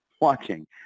watching